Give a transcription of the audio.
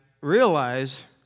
realize